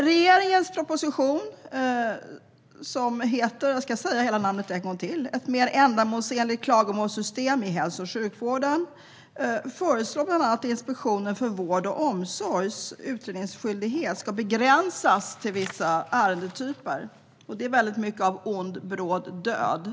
Regeringens proposition, som heter Ett mer ändamålsenligt klago målssystem i hälso och sjukvården , föreslår bland annat att Inspektionen för vård och omsorgs utredningsskyldighet ska begränsas till vissa ärendetyper, och det är väldigt mycket av ond bråd död.